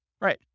Right